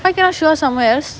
why cannot show off somewhere else